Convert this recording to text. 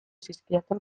zizkidaten